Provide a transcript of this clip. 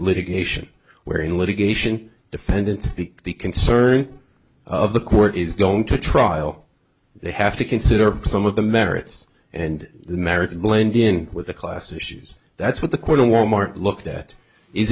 litigation where in litigation defendants the the concern of the court is going to trial they have to consider some of the merits and the merits blend in with the class issues that's what the court in wal mart looked at is